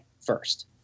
first